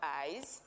eyes